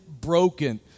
broken